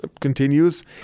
continues